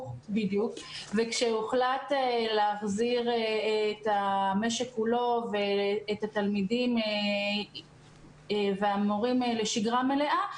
כשהוחלט להחזיר את המשק כולו ואת התלמידים והמורים לשגרה מלאה,